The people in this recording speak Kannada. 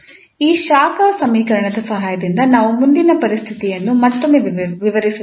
ಈ ಶಾಖ ಸಮೀಕರಣದ ಸಹಾಯದಿಂದ ನಾವು ಮುಂದಿನ ಪರಿಸ್ಥಿತಿಯನ್ನು ಮತ್ತೊಮ್ಮೆ ವಿವರಿಸುತ್ತೇವೆ